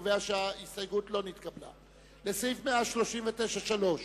ההסתייגות של קבוצת סיעת מרצ, קבוצת סיעת קדימה,